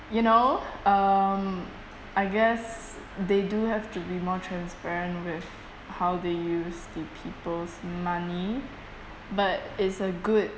you know um I guess they do have to be more transparent with how they use the people's money but it's a good